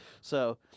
So-